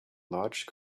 large